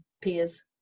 peers